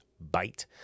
bite